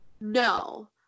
No